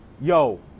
yo